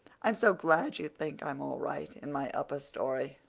i'm so glad you think i'm all right in my upper story.